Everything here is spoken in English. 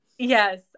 Yes